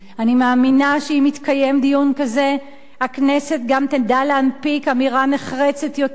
אני מאמינה שאם יתקיים דיון כזה הכנסת גם תדע להנפיק אמירה נחרצת יותר,